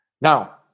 now